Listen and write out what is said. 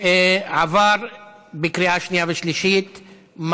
עבר בקריאה שנייה ושלישית.